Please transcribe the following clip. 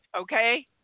Okay